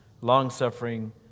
long-suffering